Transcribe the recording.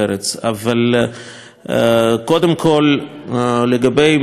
אבל קודם כול לגבי מהות האירוע.